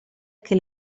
che